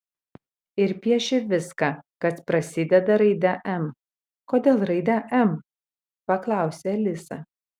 ir piešė viską kas prasideda raide m kodėl raide m paklausė alisa